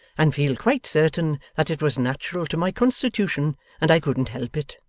and feel quite certain that it was natural to my constitution and i couldn't help it